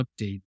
update